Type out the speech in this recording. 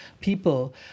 people